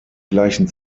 gleichen